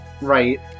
Right